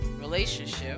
relationship